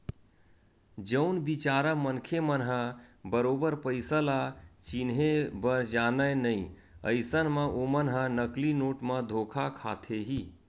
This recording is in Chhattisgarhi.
जउन बिचारा मनखे मन ह बरोबर पइसा ल चिनहे बर जानय नइ अइसन म ओमन ह नकली नोट म धोखा खाथे ही